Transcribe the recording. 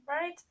right